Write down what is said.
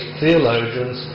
theologians